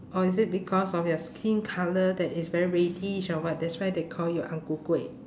or is it because of your skin colour that is very reddish or what that's why they call you a ang ku kueh